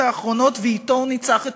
האחרונות ואתו הוא ניצח בבחירות.